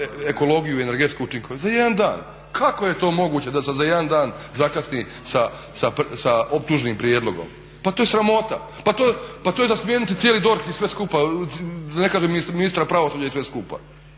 ekologiju i energetsku učinkovitost. Za jedan dan. Kako je to moguće da se za jedan dan zakasni sa optužnim prijedlogom? Pa to je sramota. Pa to je za smijeniti cijeli DORH i sve skupa, da ne kažem ministra pravosuđa i sve skupa.